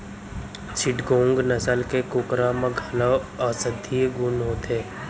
चिटगोंग नसल के कुकरा म घलौ औसधीय गुन होथे